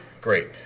great